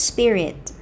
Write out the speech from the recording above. Spirit